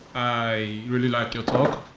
i really like your talk.